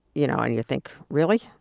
you know, and you think, really?